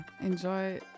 enjoy